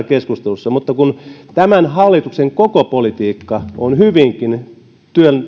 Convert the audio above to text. keskustelussa että tämän hallituksen koko politiikka on hyvinkin